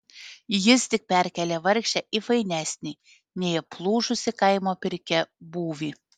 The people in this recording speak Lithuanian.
jis tik perkėlė vargšę į fainesnį nei aplūžusi kaimo pirkia būvį